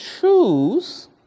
choose